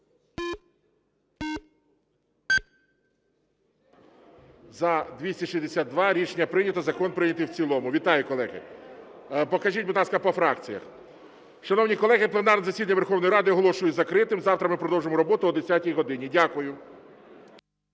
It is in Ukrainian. За-262 Рішення прийнято. Закон прийнятий в цілому. Вітаю, колеги. Покажіть, будь ласка, по фракціях. Шановні колеги, пленарне засідання Верховної Ради оголошую закритим. Завтра ми продовжимо роботу о 10 годині. Дякую.